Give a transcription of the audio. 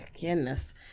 goodness